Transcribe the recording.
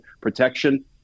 protection